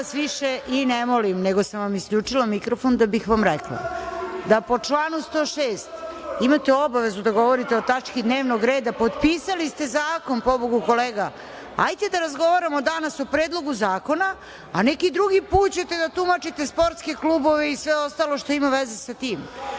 više i ne molim, nego sam vam isključila mikrofon da bih vam rekla da po članu 106. imate obavezu da govorite o tački dnevnog reda, potpisali ste zakon, pobogu, kolega. Ajte da razgovaramo danas o predlogu zakona, a neki drugi put ćete da tumačite sportske klubove i sve ostalo što ima veze sa tim.